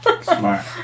Smart